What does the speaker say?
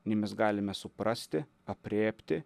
ni mes galime suprasti aprėpti